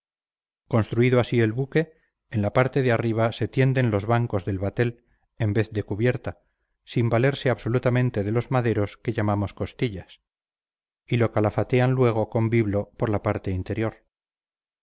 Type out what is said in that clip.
construido así el buque en la parte de arriba se tienden los bancos del batel en vez de cubierta sin valerse absolutamente de los maderos que llamamos costillas y lo calafatean luego con biblo por la parte interior